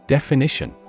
Definition